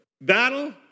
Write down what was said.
battle